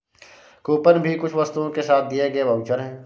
coupon भी कुछ वस्तुओं के साथ दिए गए वाउचर है